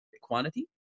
quantity